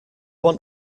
want